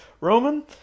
roman